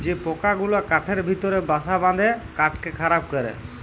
যে পকা গুলা কাঠের ভিতরে বাসা বাঁধে কাঠকে খারাপ ক্যরে